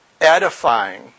edifying